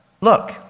look